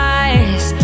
eyes